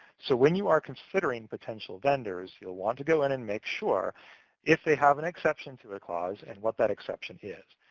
so when you are considering potential vendors, you want to go in and make sure if they have an exception to their clause, and what that exception is.